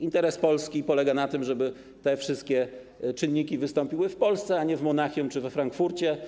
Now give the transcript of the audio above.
Interes Polski polega na tym, żeby te wszystkie czynniki wystąpiły w Polsce, a nie w Monachium czy we Frankfurcie.